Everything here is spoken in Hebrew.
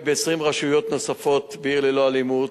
ב-20 רשויות נוספות ב"עיר ללא אלימות"